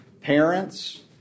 parents